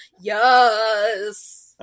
Yes